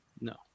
No